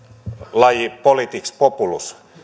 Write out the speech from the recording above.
laji politics populus